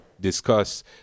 discuss